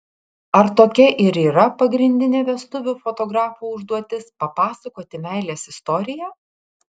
ar tokia ir yra pagrindinė vestuvių fotografo užduotis papasakoti meilės istoriją